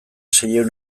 seiehun